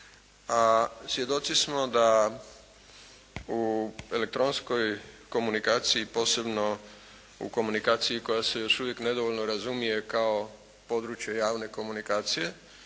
A svjedoci smo da u elektronskoj komunikaciji, posebno u komunikaciji koja se još uvijek nedovoljno razumije kao područje javne komunikacije,